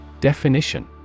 Definition